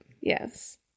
Yes